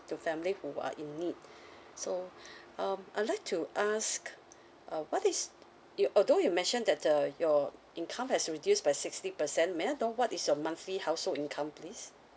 to family who are in need so um I would like to ask err what is although you mentioned that uh your income has reduced by sixty percent may I know what is your monthly household income please